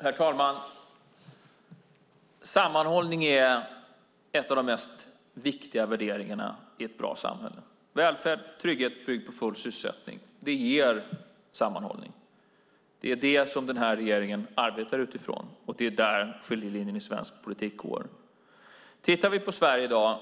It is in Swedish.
Herr talman! Sammanhållning är en av de viktigaste värderingarna i ett bra samhälle. Välfärd och trygghet bygger på full sysselsättning. Det ger sammanhållning. Det är det som den här regeringen arbetar utifrån, och det är där skiljelinjen i svensk politik går. Sverige är i dag